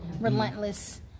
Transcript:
relentless